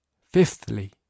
fifthly